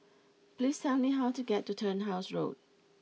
please tell me how to get to Turnhouse Road